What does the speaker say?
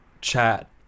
chat